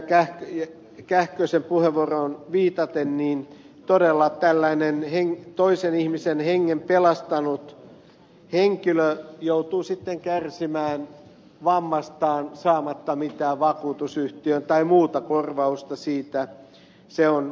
kähkösen puheenvuoroon viitaten todella se että tällainen toisen ihmisen hengen pelastanut henkilö joutuu sitten kärsimään vammastaan saamatta mitään vakuutusyhtiön tai muuta korvausta siitä on kohtuutonta